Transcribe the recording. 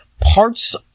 Parts